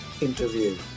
interview